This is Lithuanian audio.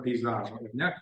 peizažo ar ne